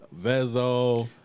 Vezo